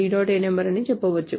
ano అని చెప్పవచ్చు